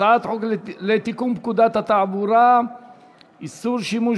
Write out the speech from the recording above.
לתיקון פקודת התעבורה (איסור שימוש